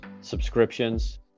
subscriptions